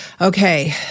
okay